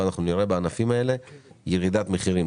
ואנחנו נראה בענפים ירידת מחירים,